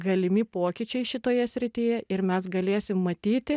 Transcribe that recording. galimi pokyčiai šitoje srityje ir mes galėsim matyti